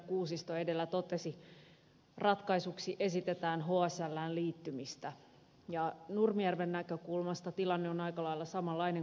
kuusisto edellä totesi ratkaisuksi esitetään hslään liittymistä ja nurmijärven näkökulmasta tilanne on aika lailla samanlainen kuin tuusulan